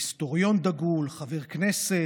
היסטוריון דגול, חבר כנסת,